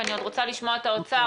ואני עוד רוצה לשמוע את האוצר.